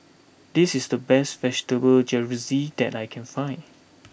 this is the best vegetable Jalfrezi that I can find